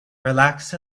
relaxed